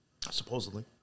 Supposedly